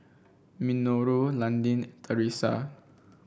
Minoru Landin Theresa